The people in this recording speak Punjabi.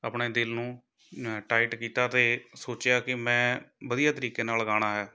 ਆਪਣੇ ਦਿਲ ਨੂੰ ਟਾਈਟ ਕੀਤਾ ਅਤੇ ਸੋਚਿਆ ਕਿ ਮੈਂ ਵਧੀਆ ਤਰੀਕੇ ਨਾਲ ਗਾਉਣਾ ਹੈ